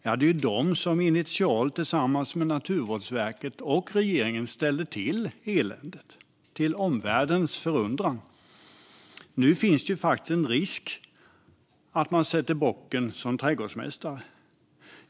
Men det var ju de som tillsammans med Naturvårdsverket och regeringen initialt ställde till eländet, till omvärldens förundran. Nu finns en risk att att man sätter bocken som trädgårdsmästare.